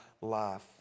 life